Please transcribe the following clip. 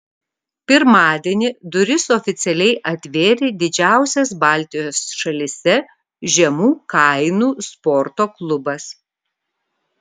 pirmadienį duris oficialiai atvėrė didžiausias baltijos šalyse žemų kainų sporto klubas